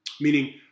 Meaning